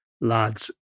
lads